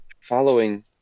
following